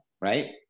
Right